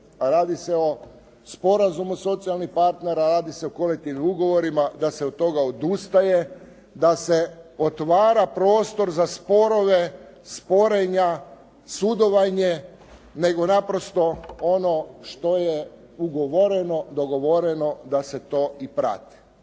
radi se o sporazumu socijalnih partnera, radi se o kolektivnim ugovorima, da se od toga odustaje, da se otvara prostor za sporove, sporenja sudovanje, nego naprosto ono što je ugovoreno, dogovoreno da se to i prati.